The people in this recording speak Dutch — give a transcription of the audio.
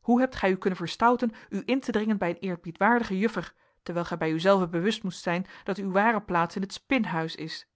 hoe hebt gij u kunnen verstouten u in te dringen bij een eerbiedwaardige juffer terwijl gij bij u zelve bewust moest zijn dat uw ware plaats in het spinhuis is